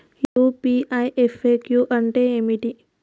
UPI FAQ అంటే ఏమిటి?